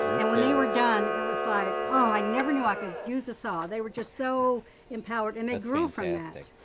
and when they were done, it was like, oh, i never knew i could use a saw. they were just so empowered, and they grew from that,